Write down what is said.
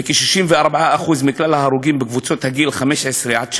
וכ-64% מכלל ההרוגים בקבוצות הגיל 15 עד 19,